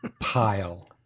pile